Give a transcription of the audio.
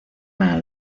para